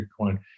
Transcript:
Bitcoin